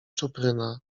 czupryna